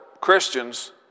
Christians